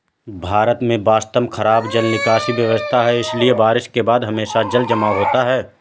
भारत में वास्तव में खराब जल निकासी व्यवस्था है, इसलिए बारिश के बाद हमेशा जलजमाव होता है